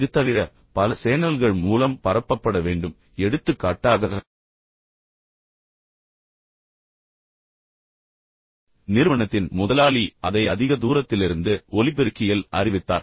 இது தவிர பல சேனல்கள் மூலம் பரப்பப்பட வேண்டும் எடுத்துக்காட்டாக நிறுவனத்தின் முதலாளி அதை அதிக தூரத்திலிருந்து ஒலிபெருக்கியில் அறிவித்தார்